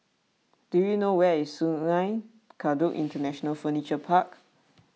do you know where is Sungei Kadut International Furniture Park